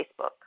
Facebook